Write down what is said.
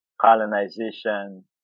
colonization